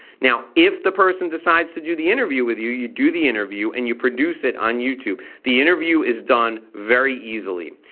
now if the person decides to do the interview with you you do the interview and you produce it on youtube. the interview is done very easily.